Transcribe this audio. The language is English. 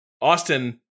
Austin